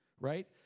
right